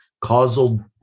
causal